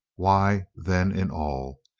why, then in all.